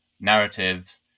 narratives